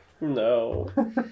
No